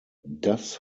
das